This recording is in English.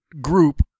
group